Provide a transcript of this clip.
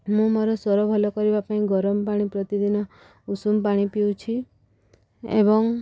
ମୁଁ ମୋର ସ୍ୱର ଭଲ କରିବା ପାଇଁ ଗରମ ପାଣି ପ୍ରତିଦିନ ଉଷୁମ ପାଣି ପିଉଛି ଏବଂ